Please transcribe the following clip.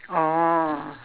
oh